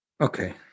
Okay